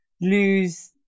lose